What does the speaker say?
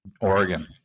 Oregon